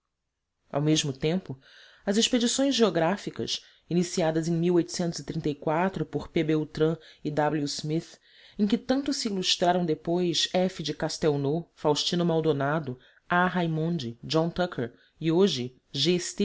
ao mesmo tempo as expedições geográficas iniciadas em por p beltran e w smith em que tanto se ilustraram depois f de castelnau faustino maldonado a raimondi john tucker e hoje